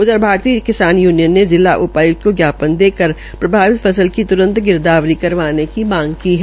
उधर भारतीय किसान यूनियन ने जिला उपाय्क्त को ज्ञापन देकर प्रभावित फसल की त्रंत गिरदावरी करवाने की मांग की है